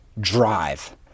drive